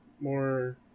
more